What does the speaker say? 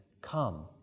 come